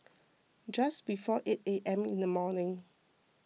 just before eight A M in the morning